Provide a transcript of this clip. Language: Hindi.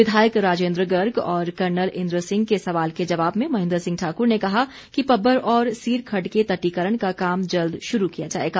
विधायक राजेंद्र गर्ग और कर्नल इंद्र सिंह के सवाल के जवाब में महेंद्र सिंह ठाक्र ने कहा कि पब्बर और सीर खड्ड के तष्टीकरण का काम जल्द शुरू किया जाएगा